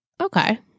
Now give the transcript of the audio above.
Okay